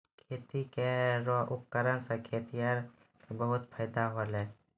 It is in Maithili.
खेती केरो उपकरण सें खेतिहर क बहुत फायदा होलय